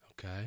Okay